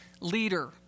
leader